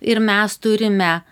ir mes turime